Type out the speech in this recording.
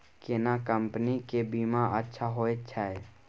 केना कंपनी के बीमा अच्छा होय छै?